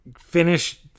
finish